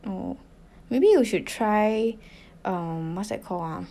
oh maybe you should try um what's that called ah